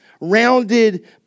rounded